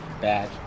bad